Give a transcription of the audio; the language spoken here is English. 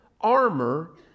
armor